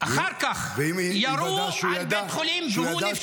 אחר כך ירו על בית חולים והוא נפצע --- ואם